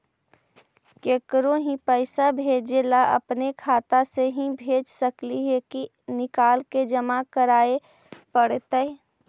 केकरो ही पैसा भेजे ल अपने खाता से ही भेज सकली हे की निकाल के जमा कराए पड़तइ?